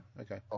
Okay